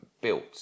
built